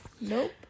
Nope